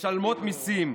משלמות מיסים,